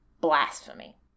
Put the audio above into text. blasphemy